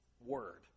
word